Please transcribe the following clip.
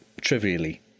trivially